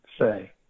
say